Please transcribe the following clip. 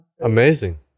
amazing